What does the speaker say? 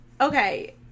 Okay